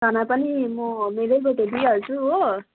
खाना पनि म मेरैबाट दिइहाल्छु हो